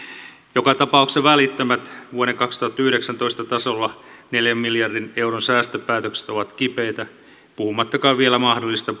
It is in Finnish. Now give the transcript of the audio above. joka tapauksessa välittömät vuoden kaksituhattayhdeksäntoista tasolla neljän miljardin euron säästöpäätökset ovat kipeitä puhumattakaan vielä mahdollisista